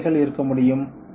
என்ன பிழைகள் இருக்க முடியும்